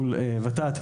מול ות"ת,